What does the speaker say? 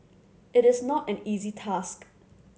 it is not an easy task